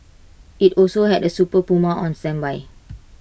IT also had A super Puma on standby